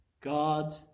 God